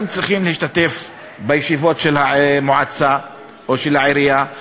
הם צריכים להשתתף בישיבות של המועצה או של העירייה,